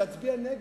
להצביע נגד,